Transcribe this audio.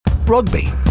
Rugby